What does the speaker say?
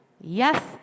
Yes